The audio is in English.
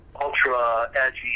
ultra-edgy